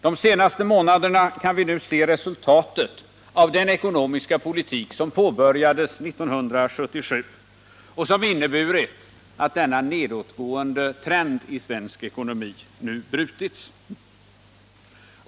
De senaste månaderna har vi kunnat se resulatet av den ekonomiska politik som påbörjades 1977 och som inneburit att denna nedåtgående trend i svensk ekonomi nu har brutits.